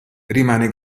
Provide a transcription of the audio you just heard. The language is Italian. rimane